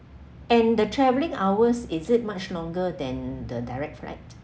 and the travelling hours is it much longer than the direct flight